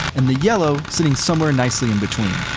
and the yellow sitting somewhere nicely in between.